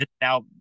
now